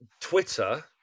twitter